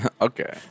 Okay